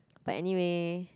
but anyway